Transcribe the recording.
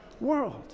world